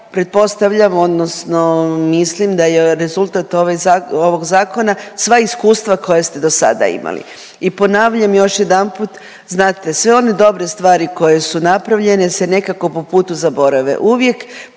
pretpostavljam, odnosno mislim da je rezultat ovog zakona sva iskustva koja ste do sada imali. I ponavljam još jedanput, znate sve one dobre stvari koje su napravljene se nekako po putu zaborave. Uvijek